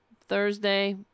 Thursday